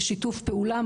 בשיתוף פעולה,